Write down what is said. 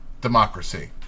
democracy